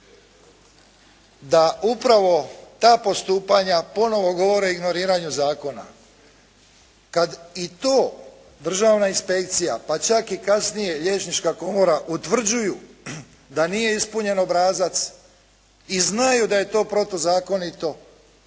Da upravo ta postupanja ponovno govore o ignoriranju zakona kad i to Državna inspekcija pa čak i kasnije Liječnička komora utvrđuju da nije ispunjen obrazac i znaju da je to protuzakonito